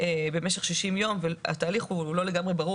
במשך 60 ימים" והתהליך לא לגמרי ברור